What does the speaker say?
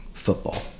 football